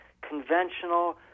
conventional